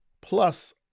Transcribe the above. plus